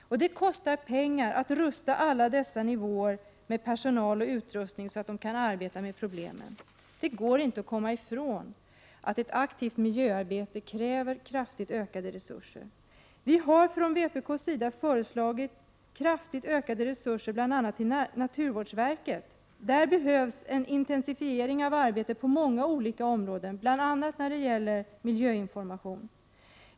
Det kostar pengar att förse alla dessa nivåer med personal och utrustning, så att de kan arbeta med problemen. Det går inte att komma ifrån att ett aktivt miljöarbete kräver kraftigt ökade resurser. Vi har från vpk:s sida föreslagit kraftigt ökade resurser bl.a. till naturvårdsverket. Där behövs en intensifiering av arbetet på många olika områden, bl.a. när det gäller miljöinformation.